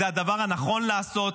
זה הדבר הנכון לעשות.